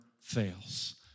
fails